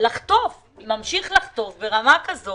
לחטוף ברמה כזו